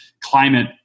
climate